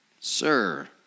Sir